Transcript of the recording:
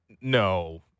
no